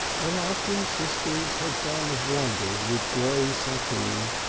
the larkins sisters had done wonders with grey sateen.